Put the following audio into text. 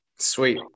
Sweet